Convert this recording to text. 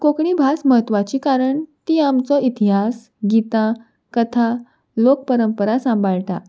कोंकणी भास म्हत्वाची कारण तीं आमचो इतिहास गितां कथा लोक परंपरा सांबाळटा